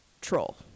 troll